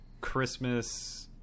Christmas